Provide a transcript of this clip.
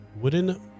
wooden